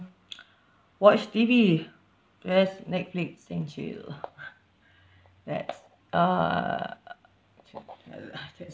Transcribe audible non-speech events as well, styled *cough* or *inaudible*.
*noise* watch T_V just netflix and chill *breath* that's uh chill ya lah that's